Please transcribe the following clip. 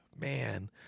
man